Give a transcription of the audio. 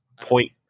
point